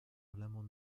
l’amendement